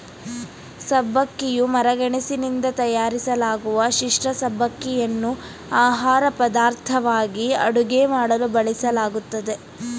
ಸಬ್ಬಕ್ಕಿಯು ಮರಗೆಣಸಿನಿಂದ ತಯಾರಿಸಲಾಗುವ ಪಿಷ್ಠ ಸಬ್ಬಕ್ಕಿಯನ್ನು ಆಹಾರಪದಾರ್ಥವಾಗಿ ಅಡುಗೆ ಮಾಡಲು ಬಳಸಲಾಗ್ತದೆ